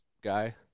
guy